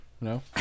No